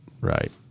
Right